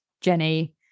Jenny